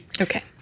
Okay